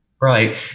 Right